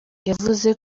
yavuze